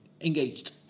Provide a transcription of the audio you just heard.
engaged